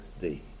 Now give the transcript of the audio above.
thee